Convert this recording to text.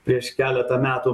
prieš keletą metų